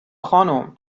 خانم